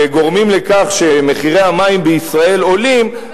וגורמים לכך שמחירי המים בישראל עולים,